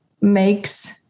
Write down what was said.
makes